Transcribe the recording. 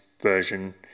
Version